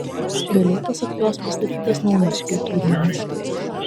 vėliau pasak jos pastatytas naujas kultūrnamis